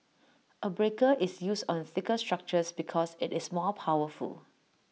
A breaker is used on thicker structures because IT is more powerful